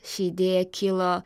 ši idėja kilo